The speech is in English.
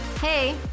Hey